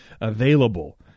available